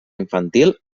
infantil